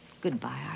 Goodbye